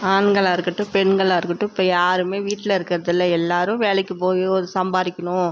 ஆண்களாக இருக்கட்டும் பெண்களாக இருக்கட்டும் இப்போ யாருமே வீட்டில் இருக்கிறது இல்லை எல்லோரும் வேலைக்கு போயோ சம்பாரிக்கணும்